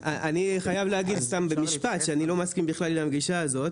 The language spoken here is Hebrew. אני חייב להגיד סתם במשפט שאני לא מסכים בכלל עם הגישה הזאת,